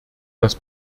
dass